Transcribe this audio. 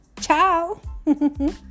Ciao